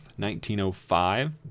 1905